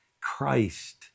Christ